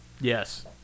Yes